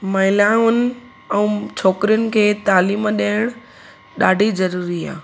महिलाउनि ऐं छोकिरियुनि खे तालिम ॾियनि ॾाढी ज़रूरी आहे